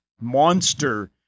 monster